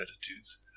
attitudes